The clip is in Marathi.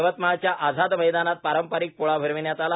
यवतमाळच्या आझाद मैदानात पारंपारिक पोळा भरविण्यात आला